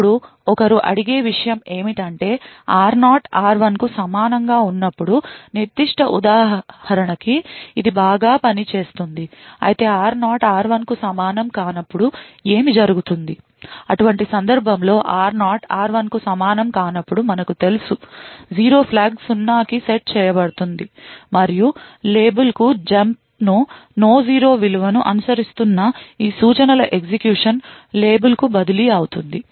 ఇప్పుడు ఒకరు అడిగే విషయం ఏమిటంటే r0 r1 కు సమానంగా ఉన్నప్పుడు నిర్దిష్ట ఉదాహరణకి ఇది బాగా పనిచేస్తుంది అయితే r0 r1 కు సమానం కానప్పుడు ఏమి జరుగుతుంది అటువంటి సందర్భంలో r0 r1 కు సమానం కానప్పుడు మనకు తెలుసు 0 ఫ్లాగ్ సున్నాకి సెట్ చేయబడుతుంది మరియు లేబుల్కు జంప్ ను no 0 వలన అనుసరిస్తున్న ఈ సూచనల ఎగ్జిక్యూషన్ లేబుల్కు బదిలీ అవుతుంది